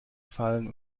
fallen